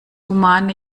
humane